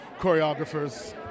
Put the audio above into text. choreographers